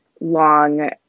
long